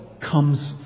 comes